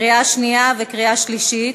קריאה שנייה וקריאה שלישית.